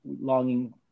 longing